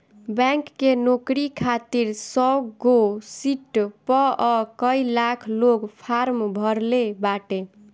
bank के नोकरी खातिर सौगो सिट पअ कई लाख लोग फार्म भरले बाटे